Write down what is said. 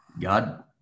God